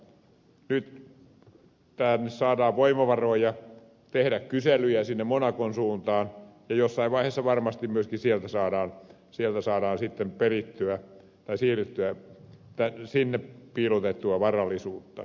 nyt tänne saadaan voimavaroja tehdä kyselyjä sinne monacon suuntaan ja jossain vaiheessa varmasti myöskin sieltä saadaan sitten siirrettyä sinne piilotettua varallisuutta